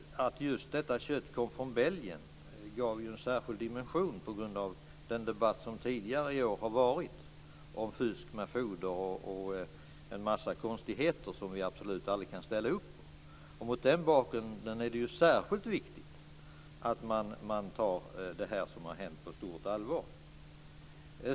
Att detta kött just kom från Belgien gav ju det hela en särskild dimension på grund av den debatt som tidigare i år har varit om fusk med foder och en massa konstigheter som vi absolut aldrig kan ställa upp på. Mot den bakgrunden är det ju särskilt viktigt att man tar det som har hänt på stort allvar.